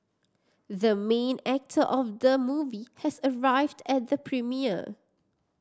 the main actor of the movie has arrived at the premiere